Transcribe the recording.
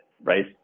right